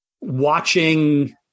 watching